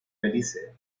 belice